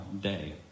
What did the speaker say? day